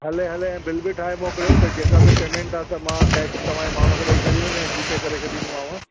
हले हले बिल बि ठाहे मोकिलियो त जेका बि पेमेंट आहे त मां कैश तव्हां जे माण्हूअ खे ॾई छॾींदुमि या जी पे करे छॾींदोमांव